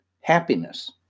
happiness